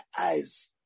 eyes